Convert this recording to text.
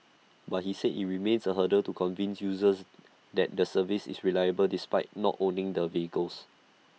but he said IT remains A hurdle to convince users that the service is reliable despite not owning the vehicles